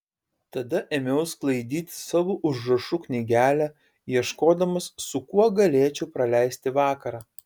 tada ėmiau sklaidyti savo užrašų knygelę ieškodamas su kuo galėčiau praleisti vakarą